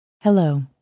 Hello